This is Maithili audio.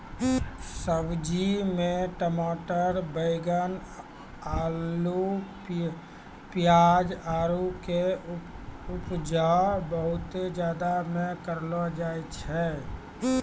सब्जी मे टमाटर बैगन अल्लू पियाज आरु के उपजा बहुते राज्य मे करलो जाय छै